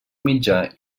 mitjà